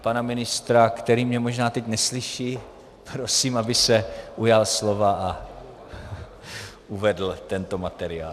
Pana ministra, který mě možná teď neslyší, prosím, aby se ujal slova a uvedl tento materiál.